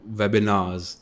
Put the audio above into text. webinars